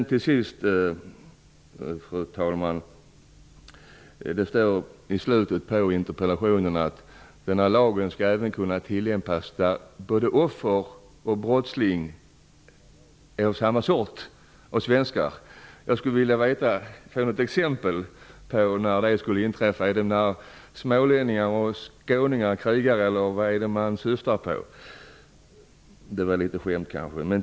Till sist, fru talman: Det står i slutet av interpellationen att denna lag även skall kunna tillämpas där både offer och brottsling är av samma sort av svenskar. Jag skulle vilja få ett exempel på i vilka fall det skulle gälla. Är det när smålänningar och skåningar krigar, eller vad syftar man på? Det där var litet skämtsamt sagt.